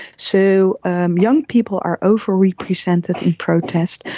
so young people are overrepresented in protest,